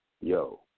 Yo